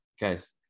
Guys